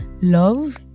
love